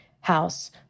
house